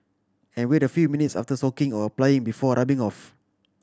and wait a few minutes after soaking or applying before rubbing off